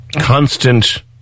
Constant